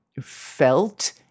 felt